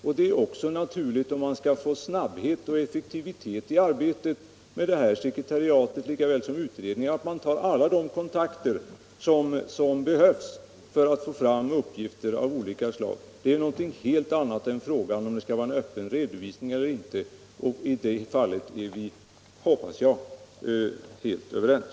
För att få snabbhet och effektivitet i arbetet på sekretariatet lika väl som i utredningsarbetet är det också naturligt att man tar de olika kontakter som behövs för att få fram uppgifter av olika slag. Det är något helt annat än om det skall vara en öppen redovisning eller inte. Och i det fallet är vi, hoppas jag, helt överens.